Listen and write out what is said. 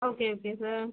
okay okay sir